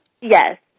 Yes